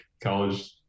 college